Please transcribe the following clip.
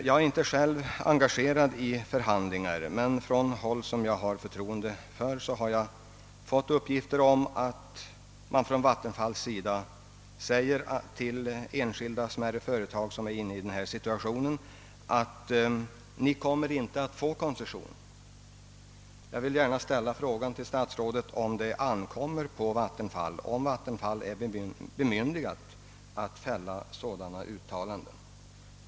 Jag är inte själv engagerad i förhandlingar av detta slag, men jag har från en källa som jag hyser förtroende för erhållit uppgifter om att Vattenfall till enskilda smärre företag, som befinner sig i förhandlingssituation, ger beskedet att de inte kommer att få koncession. Om nu sådana uttalanden har fällts vill jag gärna ställa frågan till statsrådet, om Vattenfall är bemyndigat att göra sådana uttalanden.